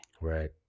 right